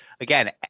again